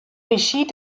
regie